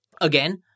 Again